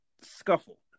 scuffle